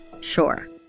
Sure